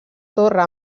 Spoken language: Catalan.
torre